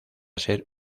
ser